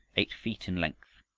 eight feet in length.